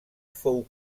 fou